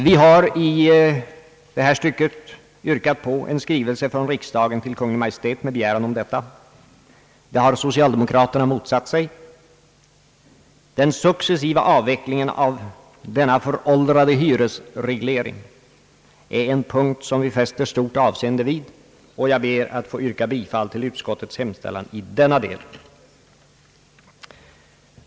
Vi har i detta stycke yrkat på en skrivelse från riksdagen till Kungl. Maj:t med begäran om detta. Det har socialdemokraterna motsatt sig. Den successiva avvecklingen av denna föråldrade hyresreglering är en punkt som vi fäster stort avseende vid, och jag ber att få yrka bifall till utskottets hemställan i denna del.